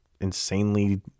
insanely